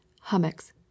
hummocks